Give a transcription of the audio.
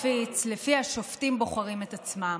מפיץ שלפיה השופטים בוחרים את עצמם.